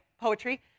poetry